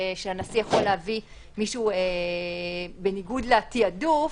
שהנשיא יכול להביא מישהו בניגוד לתעדוף,